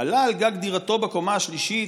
"עלה על גג דירתו בקומה השלישית,